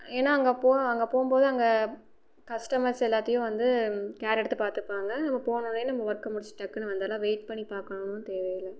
ஏன்னால் அங்கே போம் போகும்போது அங்கே கஸ்டமர்ஸ் எல்லாத்தையும் வந்து கேர் எடுத்து பார்த்துப்பாங்க நம்ம போனோடனே நம்ம ஒர்க்கை முடிச்சுட்டு டக்குனு வந்துடரலாம் வெயிட் பண்ணி பார்க்கணும்ன்னு தேவையில்லை